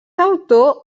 autor